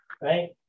right